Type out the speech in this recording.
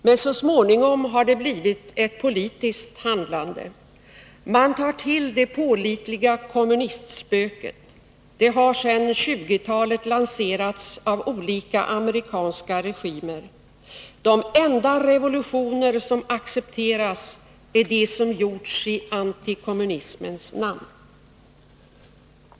Men så småningom har det blivit ett politiskt handlande. Man tar till det pålitliga kommunistspöket. Det har sedan 1920-talet lanserats av olika amerikanska regimer. De enda revolutioner som accepteras är de som gjorts i antikommunismens namn.